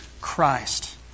Christ